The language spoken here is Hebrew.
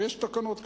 ויש תקנות כאלה,